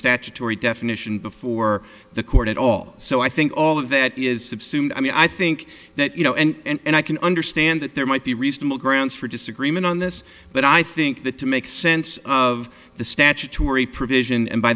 statutory definition before the court and so i think all of that is i mean i think that you know and i can understand that there might be reasonable grounds for disagreement on this but i think that to make sense of the statutory provision and by